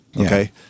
okay